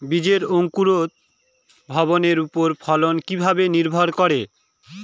বীজের অঙ্কুর ভবনের ওপর ফলন কিভাবে নির্ভর করে?